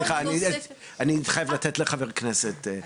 סליחה, אני חייב לתת לחבר הכנסת את רשות הדיבור.